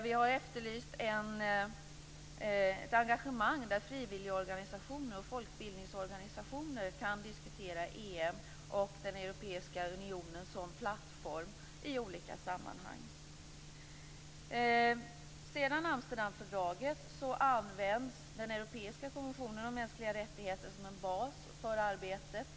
Vi har också efterlyst ett engagemang där frivilligorganisationer och folkbildningsorganisationer kan diskutera EM och den europeiska unionen som plattform i olika sammanhang. Efter Amsterdamfördraget används den europeiska konventionen om mänskliga rättigheter som en bas för arbetet.